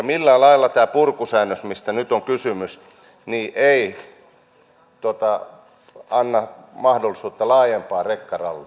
millään lailla tämä purkusäännös mistä nyt on kysymys ei anna mahdollisuutta laajempaan rekkaralliin